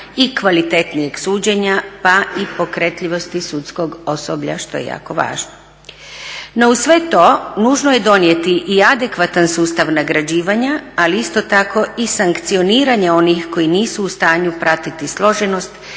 i kvalitetnijeg suđenja pa i pokretljivosti sudskog osoblja, što je jako važno. No uz sve to nužno je donijeti i adekvatan sustav nagrađivanja ali isto tako i sankcioniranje onih koji nisu u stanju pratiti složenost